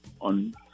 on